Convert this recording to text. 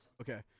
Okay